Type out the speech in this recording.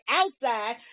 outside